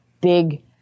big